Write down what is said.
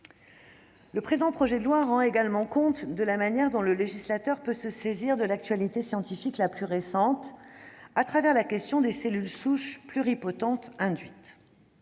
Le présent projet de loi rend également compte de la manière dont le législateur peut se saisir de l'actualité scientifique la plus récente, au travers de la question des cellules souches pluripotentes induites.